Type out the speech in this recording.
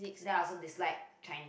then I also dislike Chinese